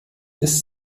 ist